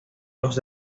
los